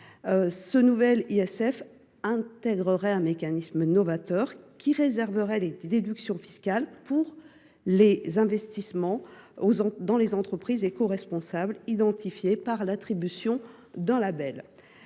un ISF qui intégrerait un mécanisme novateur réservant les déductions fiscales aux investissements dans les entreprises écoresponsables, identifiées par l’attribution d’un label.